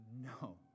No